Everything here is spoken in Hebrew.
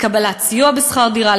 לקבלת סיוע בשכר דירה,